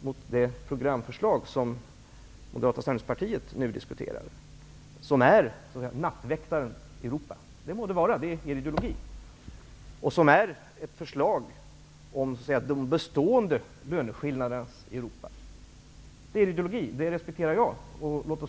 mellan vårt programförslag och det programförslag som Moderata samlingspartiet nu diskuterar, som är nattväktaren Europa. Det må det vara. Det är Moderaternas ideologi. Förslaget handlar om de bestående löneskillnadernas Europa. Jag respekterar moderaternas ideologi.